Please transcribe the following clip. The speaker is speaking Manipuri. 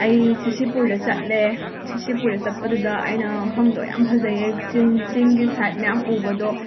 ꯑꯩ ꯁꯤꯁꯤꯄꯨꯔꯗ ꯆꯠꯂꯦ ꯁꯤꯁꯤꯄꯨꯔꯗ ꯆꯠꯄꯗꯨꯗ ꯑꯩꯅ ꯃꯐꯝꯗꯣ ꯌꯥꯝꯅ ꯐꯖꯩꯌꯦ ꯆꯤꯟ ꯆꯤꯡꯒꯤ ꯁꯥꯏꯠ ꯃꯌꯥꯝ ꯎꯕꯗꯣ ꯁꯨꯝ